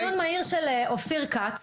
דיון מהיר של אופיר כץ,